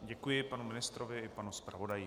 Děkuji panu ministrovi i panu zpravodaji.